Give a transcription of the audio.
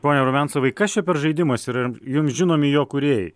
pone rumiancevai kas čia per žaidimas ir ar jums žinomi jo kūrėjai